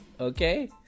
okay